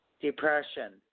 depression